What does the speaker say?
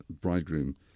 bridegroom